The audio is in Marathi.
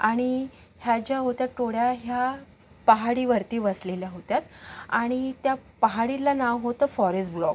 आणि ह्या ज्या होत्या टोळ्या ह्या पहाडीवरती वसलेल्या होत्या आणि त्या पहाडीला नाव होतं फॉरेस ब्लॉक